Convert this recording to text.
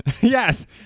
Yes